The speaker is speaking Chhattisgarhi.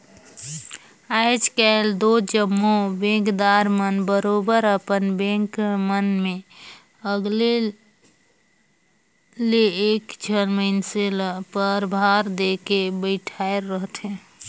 आएज काएल दो जम्मो बेंकदार मन बरोबेर अपन बेंक मन में अलगे ले एक झन मइनसे ल परभार देके बइठाएर रहथे